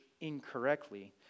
incorrectly